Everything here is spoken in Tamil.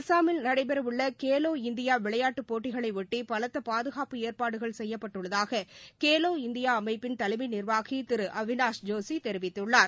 அஸ்ஸாமில் நடைபெறவுள்ள கேலோ இந்தியா விளையாட்டுப் போட்டிகளைபொட்டி பலத்த பாதுகாப்பு ஏற்பாடுகள் செய்யப்பட்டுள்ளதாக கேலோ இந்தியா அமைப்பின் தலைமை நிர்வாகி அவிநாஷ் ஜோஷி தெரிவித்துள்ளார்